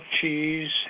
cheese